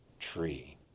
Tree